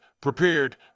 prepared